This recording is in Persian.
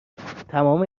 تمام